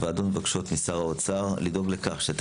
6. הוועדות מבקשות משר האוצר לדאוג לכך: א.